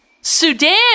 Sudan